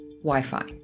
Wi-Fi